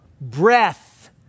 breath